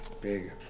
Big